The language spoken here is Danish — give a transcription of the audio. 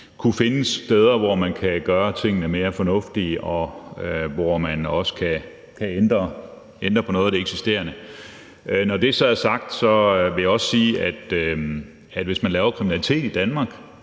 kunne findes steder, hvor man kan gøre tingene mere fornuftigt, og hvor man også kan ændre på noget af det eksisterende. Når det så er sagt, vil jeg også sige, at hvis man laver kriminalitet i Danmark,